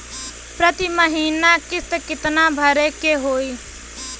प्रति महीना किस्त कितना भरे के होई?